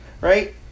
right